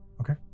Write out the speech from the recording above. Okay